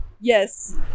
yes